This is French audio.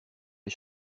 les